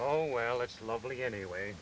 oh well it's lovely anyway